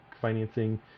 financing